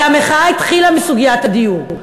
הרי המחאה התחילה מסוגיית הדיור.